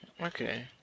Okay